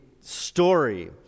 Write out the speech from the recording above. story